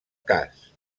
cas